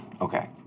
Okay